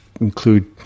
include